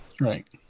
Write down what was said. Right